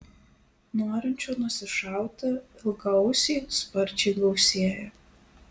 norinčių nusišauti ilgaausį sparčiai gausėja